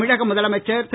தமிழக முதலமைச்சர் திரு